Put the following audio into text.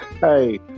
Hey